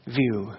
view